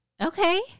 okay